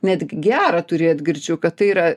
net gera turėt greičiau kad tai yra